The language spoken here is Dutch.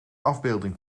afbeelding